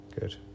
Good